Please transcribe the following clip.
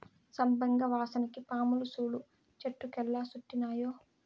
సంపెంగ వాసనకి పాములు సూడు చెట్టు కెట్టా సుట్టినాయో